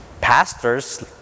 pastors